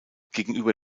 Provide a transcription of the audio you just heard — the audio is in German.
gegenüber